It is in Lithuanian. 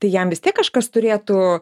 tai jam vis tiek kažkas turėtų